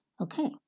Okay